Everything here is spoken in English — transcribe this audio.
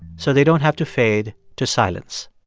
so they don't have to fade to silence